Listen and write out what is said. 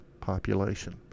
population